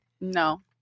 No